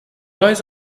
eyes